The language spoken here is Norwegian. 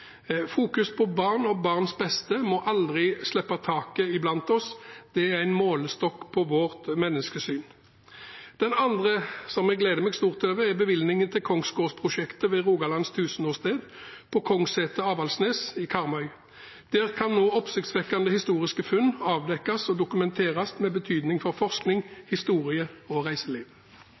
Fokus på barn og barns beste må aldri slippe taket blant oss. Det er en målestokk på vårt menneskesyn. Det andre som jeg gleder meg stort over, er bevilgningen til Kongsgårdprosjektet ved Rogalands tusenårssted på kongssetet Avaldsnes i Karmøy. Der kan nå oppsiktsvekkende historiske funn avdekkes og dokumenteres, med betydning for forskning, historie og reiseliv.